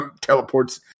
teleports